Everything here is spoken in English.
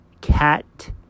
cat